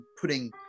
putting